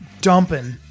dumping